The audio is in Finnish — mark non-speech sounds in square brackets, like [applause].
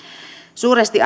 suuresti [unintelligible]